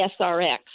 SRX